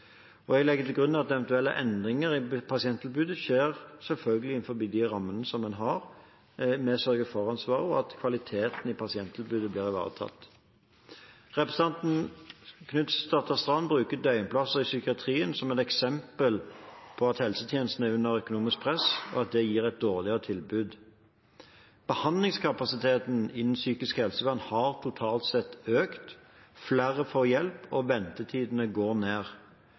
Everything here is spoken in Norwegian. Jeg legger til grunn at eventuelle endringer i pasienttilbudet selvfølgelig skjer innenfor de rammene som en har med sørge-for-ansvar, og at kvaliteten i pasienttilbudet blir ivaretatt. Representanten Knutsdatter Strand bruker døgnplasser i psykiatrien som et eksempel på at helsetjenesten er under økonomisk press, og at det gir et dårligere tilbud. Behandlingskapasiteten innen psykisk helsevern har totalt sett økt. Flere får hjelp, og ventetidene går ned.